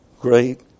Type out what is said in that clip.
great